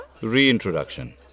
Reintroduction